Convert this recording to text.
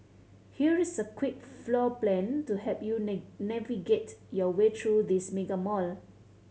here's a quick floor plan to help you navigate your way through this mega mall